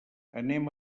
anem